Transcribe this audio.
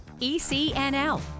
ECNL